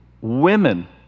women